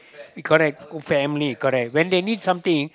we correct good family correct when they need something